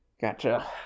Gotcha